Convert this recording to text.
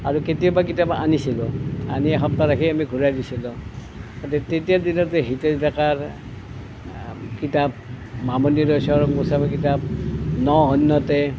আৰু কেতিয়াবা কিতাপ আনিছিলোঁ আনি এসপ্তাহ ৰাখি আমি ঘূৰাই দিছিলোঁ তেতিয়াৰ দিনতে হিতেশ ডেকাৰ কিতাপ মামণি ৰয়ছম গোস্বামীৰ কিতাপ ন হন্যতে